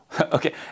okay